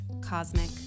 Cosmic